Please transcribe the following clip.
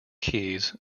keys